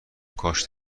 کاش